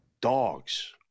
dogs